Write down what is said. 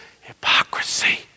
hypocrisy